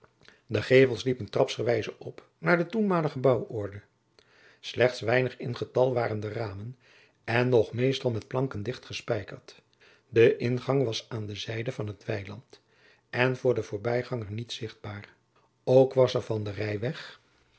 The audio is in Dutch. de gevels liepen trapsgewijze op naar de toenmalige bouworde slechts weinig in getal waren de ramen en nog meestal met planken jacob van lennep de pleegzoon dichtgespijkerd de ingang was aan de zijde van het weiland en voor den voorbijganger niet zichtbaar ook was er van den rijweg